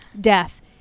Death